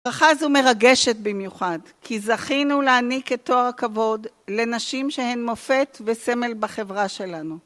הברכה הזו מרגשת במיוחד, כי זכינו להעניק את תואר הכבוד לנשים שהן מופת וסמל בחברה שלנו.